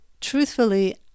Truthfully